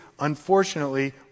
unfortunately